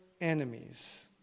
enemies